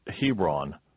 Hebron